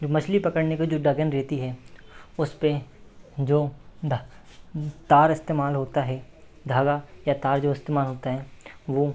जो मछली पकड़ने को जो डगन रहती है उसपे जो तार इस्तेमाल होता है धागा या तार जो इस्तेमाल होते हैं वो